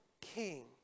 king